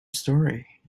story